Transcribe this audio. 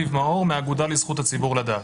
מהאגודה לזכות הציבור לדעת.